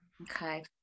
Okay